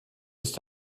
ist